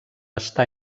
estar